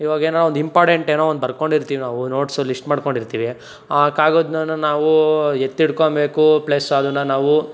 ಇವಾಗೇನೋ ಒಂದು ಇಂಪಾರ್ಡೆಂಟ್ ಏನೋ ಒಂದು ಬರ್ಕೊಂಡಿರ್ತೀವಿ ನಾವು ನೋಟ್ಸು ಲಿಶ್ಟ್ ಮಾಡ್ಕೊಂಡಿರ್ತೀವಿ ಆ ಕಾಗುದ್ನ ನಾವೂ ಎತ್ತಿಟ್ಗೊಂಬೇಕು ಪ್ಲಸ್ ಅದನ್ನ ನಾವು